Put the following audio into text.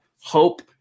hope